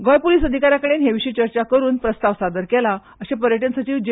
Goa police अधिकाऱ्यांकडेन हे विशीं चर्चा करून प्रस्ताव सादर केला अशें पर्यटन सचिव जे